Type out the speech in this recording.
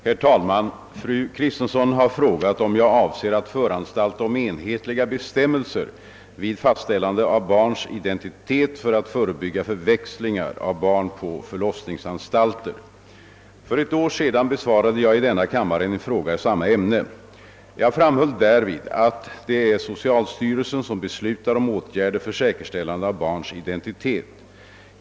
Herr talman! Fru Kristensson har frågat, om jag avser att föranstalta om enhetliga bestämmelser vid fastställande av barns identitet för att förebygga förväxlingar av barn på förlossningsanstalter. För ett år sedan besvarade jag i denna kammare en fråga i samma ämne. Jag framhöll därvid att det är socialstyrelsen som beslutar om åtgärder för säkerställande av barns identitet.